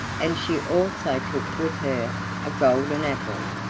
and she also took with her a golden apple,